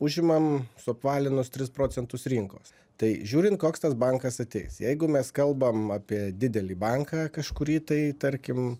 užimam suapvalinus tris procentus rinkos tai žiūrin koks tas bankas ateis jeigu mes kalbam apie didelį banką kažkurį tai tarkim